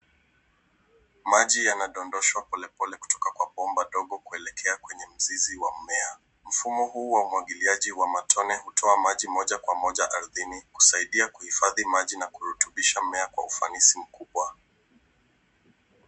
Maji yanadondoshwa pole pole kutoka kwa bomba dogo kuelekea kwenye mzizi wa mmea. Mfumo huu wa umwagiliaji wa matone utoa maji moja kwa moja ardhini kusaidia kuhifadhi maji na kurutubisha mmea kwa ufanisi mkubwa.